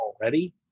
already